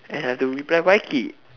and have to reply Wai-Kit